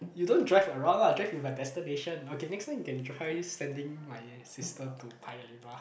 you don't drive around lah drive with a destination okay next time you can try sending my sister to Paya-Lebar